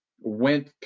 went